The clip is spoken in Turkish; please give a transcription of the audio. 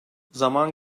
zaman